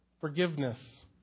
forgiveness